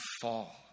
fall